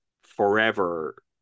forever